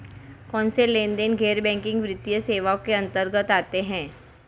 कौनसे लेनदेन गैर बैंकिंग वित्तीय सेवाओं के अंतर्गत आते हैं?